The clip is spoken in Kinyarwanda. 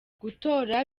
gutora